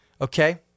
okay